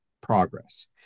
progress